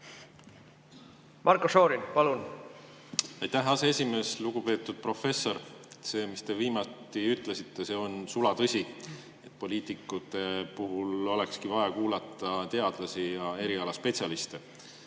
Marko Šorin, palun! Aitäh, aseesimees! Lugupeetud professor! See, mis te viimati ütlesite, on sulatõsi: poliitikutel olekski vaja kuulata teadlasi ja erialaspetsialiste.